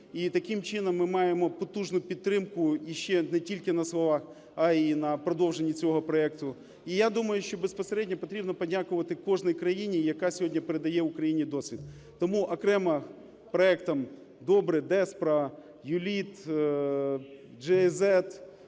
і таким чином ми маємо потужну підтримку і ще не тільки на словах, а і на продовженні цього проекту. І я думаю, що безпосередньо потрібно подякувати кожній країні, яка сьогодні передає Україні досвід. Тому окремо проектам DOBRE, DESPRO, U-LEAD, GIZ, то